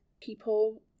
People